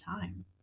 time